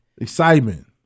Excitement